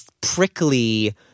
prickly